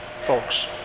folks